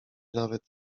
nawet